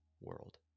world